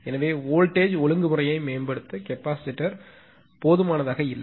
எனவே வோல்டேஜ் ஒழுங்குமுறையை மேம்படுத்த கெபாசிட்டர் போதுமானதாக இல்லை